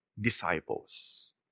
disciples